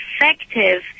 effective